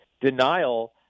denial